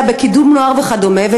בקידום נוער וכדומה.